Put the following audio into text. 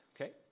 Okay